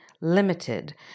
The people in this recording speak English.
limited